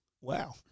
Wow